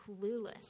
clueless